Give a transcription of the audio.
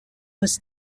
was